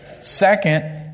Second